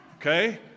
Okay